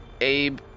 Abe